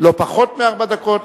לא פחות מארבע דקות,